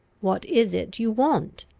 what is it you want?